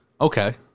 Okay